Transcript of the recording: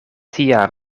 tia